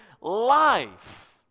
life